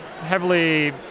heavily